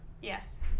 Yes